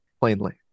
plainly